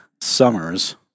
summers